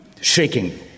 Shaking